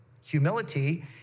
Humility